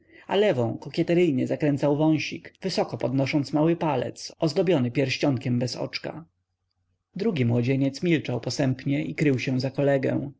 a lewą kokieteryjnie zakręcał wąsik wysoko podnosząc mały palec ozdobiony pierścionkiem bez oczka drugi młodzieniec milczał posępnie i krył się za kolegę